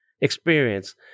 experience